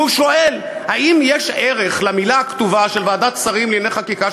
והוא שואל: האם יש ערך למילה הכתובה של ועדת שרים לענייני חקיקה,